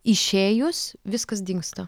išėjus viskas dingsta